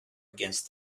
against